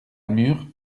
mûre